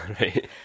Right